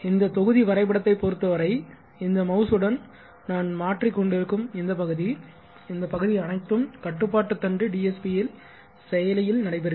இந்த தொகுதி வரைபடத்தைப் பொறுத்தவரை இந்த மவுஸுடன் நான் மாற்றிக் கொண்டிருக்கும் இந்த பகுதி இந்த பகுதி அனைத்தும் கட்டுப்பாட்டு தண்டு டிஎஸ்பி செயலியில் நடைபெறுகிறது